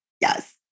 Yes